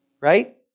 Right